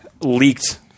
leaked